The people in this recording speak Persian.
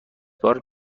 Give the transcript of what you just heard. بار